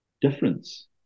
difference